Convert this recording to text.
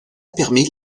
permet